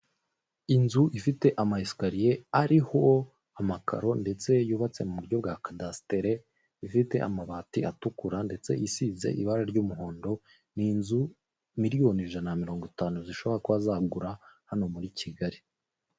Inzu ifite amayesikariye ariho amakaro ndetse yubatse mu buryo bwa kadasitere, ifite amabati atukura ndetse isize ibara ry'umuhondo. Ni inzu miliyoni ijana na mirongo itanu zishobora kuba zagura hano muri Kigali.